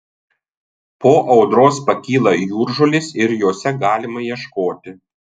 po audros pakyla jūržolės ir jose galima ieškoti